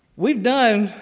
we've done,